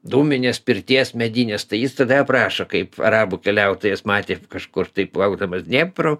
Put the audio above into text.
dūminės pirties medinės tai jis tada aprašo kaip arabų keliautojas matė kažkur tai plaukdamas dniepru